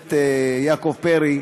הכנסת יעקב פרי,